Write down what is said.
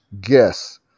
guess